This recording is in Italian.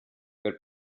per